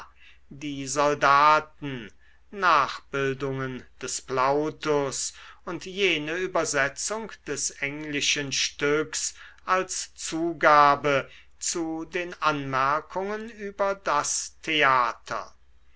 die soldaten nachbildungen des plautus und jene übersetzung des englischen stücks als zugabe zu den anmerkungen über das theater